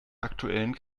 aktuellen